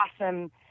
awesome